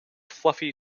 fluffy